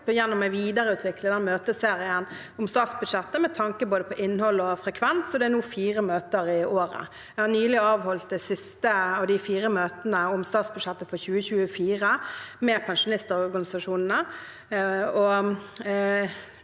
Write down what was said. gjennom å videreutvikle møteserien om statsbudsjettet, med tanke på både innhold og frekvens. Det er nå fire møter i året. Jeg har nylig avholdt det siste av de fire møtene om statsbudsjettet for 2024 med pensjonistorganisasjonene.